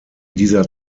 dieser